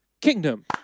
Kingdom